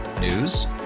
News